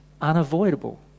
unavoidable